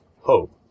hope